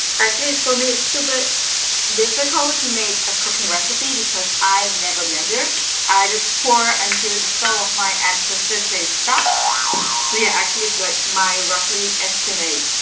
actually it's for me it's super difficult to make a cooking recipe because i never measure i just pour and the soul of my ancestors say stop so yeah actually it's like my roughly estimate